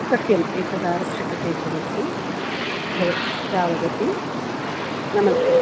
सत्यम् एतद् आरक्षककेन्द्रमस्ति भवती का वदति नमस्ते